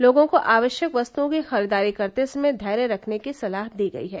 लोगों को आवश्यक वस्तुओं की खरीददारी करते समय धैर्य रखने की सलाह दी गयी है